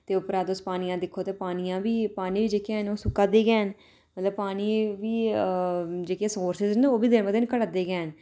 ते उप्परा तुस पानियै दा दिक्खो तां पानियै दा बी पानी बी जेह्के हैन ओह् सुक्का दे गै हैन मतलब पानियै दे बी जेह्के सोर्सस न औह् बी दिनों दिन घटै दे गै न